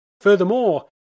Furthermore